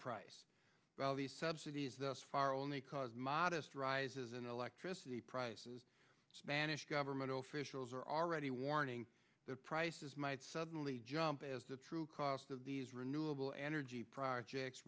these subsidies thus far only cause modest rises in electricity prices spanish government officials are already warning the prices might suddenly jump as the true cost of these renewable energy projects